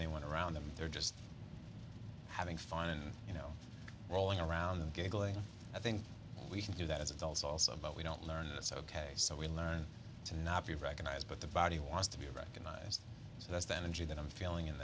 anyone around them they're just having fun and you know rolling around the giggling i think we can do that as adults also but we don't learn it's ok so we learn to not be recognized but the body wants to be recognized so that's the energy that i'm feeling in